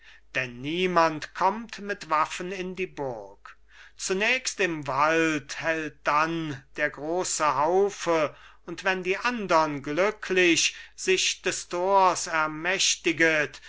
denn niemand kommt mit waffen in die burg zunächst im wald hält dann der grosse haufe und wenn die andern glücklich sich des tors ermächtiget